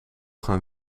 gaan